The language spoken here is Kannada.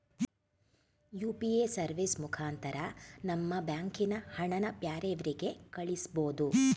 ಯು.ಪಿ.ಎ ಸರ್ವಿಸ್ ಮುಖಾಂತರ ನಮ್ಮ ಬ್ಯಾಂಕಿನ ಹಣನ ಬ್ಯಾರೆವ್ರಿಗೆ ಕಳಿಸ್ಬೋದು